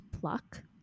Pluck